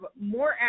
more